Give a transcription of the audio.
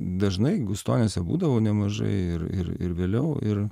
dažnai gustoniuose būdavau nemažai ir ir ir vėliau ir